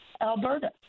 Alberta